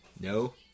No